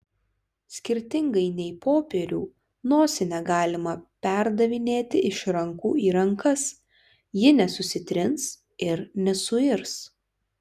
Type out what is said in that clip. skirtingai nei popierių nosinę galima perdavinėti iš rankų į rankas ji nesusitrins ir nesuirs